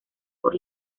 por